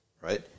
Right